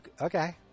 okay